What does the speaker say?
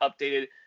updated